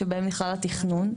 שבהם נכלל התכנון,